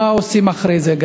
מה עושים אחרי זה?